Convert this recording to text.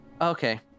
Okay